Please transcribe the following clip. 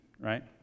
right